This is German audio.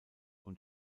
und